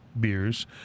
beers